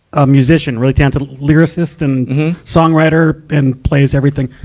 a musician. really talented lyricist and songwriter and plays everything